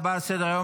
48 בעד, 58 נגד.